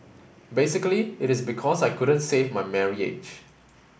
basically it is because I couldn't save my marriage